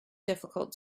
difficult